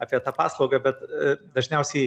apie tą paslaugą bet dažniausiai